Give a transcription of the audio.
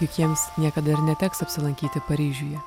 juk jiems niekada ir neteks apsilankyti paryžiuje